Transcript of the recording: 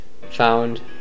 found